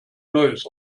neues